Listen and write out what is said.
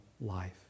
life